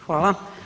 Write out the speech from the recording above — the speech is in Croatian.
Hvala.